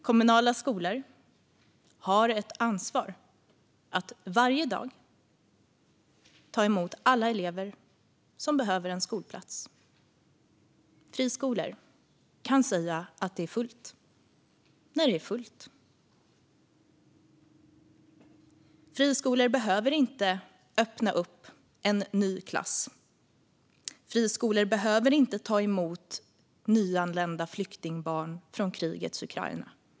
Kommunala skolor har ett ansvar att varje dag ta emot alla elever som behöver en skolplats. Friskolor kan säga att det är fullt när det är fullt. Friskolor behöver inte öppna upp en ny klass. Friskolor behöver inte ta emot nyanlända flyktingbarn från krigets Ukraina.